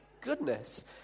goodness